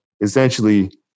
essentially